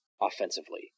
offensively